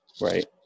Right